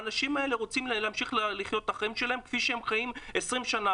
האנשים האלה רוצים להמשיך לחיות את החיים שלהם כפי שהם חיים 20 שנה.